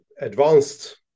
advanced